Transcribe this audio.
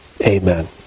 Amen